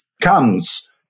comes